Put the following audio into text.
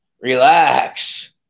relax